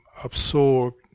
absorbed